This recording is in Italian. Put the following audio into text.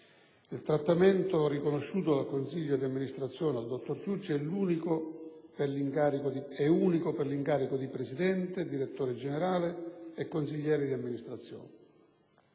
Il trattamento riconosciuto dal consiglio d'amministrazione al dottor Ciucci è unico per l'incarico di presidente, direttore generale e consigliere d'amministrazione